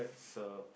so